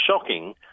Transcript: shocking